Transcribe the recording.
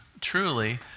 truly